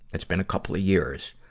it's been a couple of years.